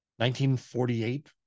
1948